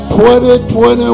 2021